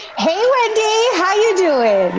hey wendy, how you doin'?